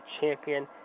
champion